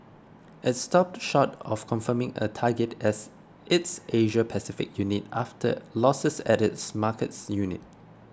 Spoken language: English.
it stopped short of confirming a target as its Asia Pacific unit after losses at its markets unit